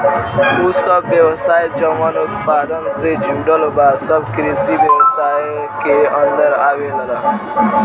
उ सब व्यवसाय जवन उत्पादन से जुड़ल बा सब कृषि व्यवसाय के अन्दर आवेलला